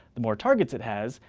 the more targets it has,